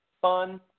fun